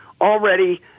already